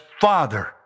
Father